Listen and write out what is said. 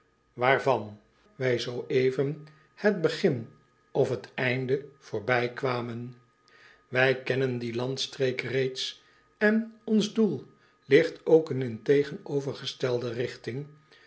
waarvan wij zooeven het begin of het einde voorbij kwamen wij kennen die landstreek reeds en ons doel ligt ook in een tegenovergestelde rigting